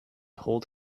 hold